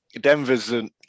Denver's